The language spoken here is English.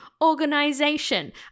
organization